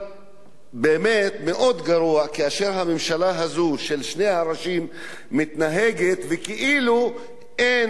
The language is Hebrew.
מאוד גרוע כאשר הממשלה הזו של שני הראשים מתנהגת כאילו אין אוכלוסייה,